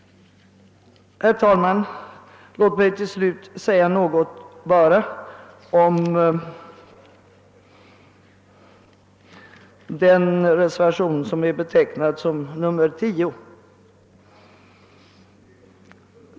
Herr talman! Låt mig till slut bara säga någonting om den reservation som är betecknad som nr 10.